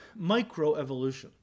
microevolution